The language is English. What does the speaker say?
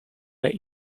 let